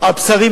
על בשרי,